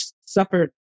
suffered